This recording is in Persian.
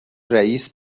رئیس